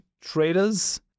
traders